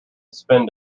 spend